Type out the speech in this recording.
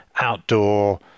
outdoor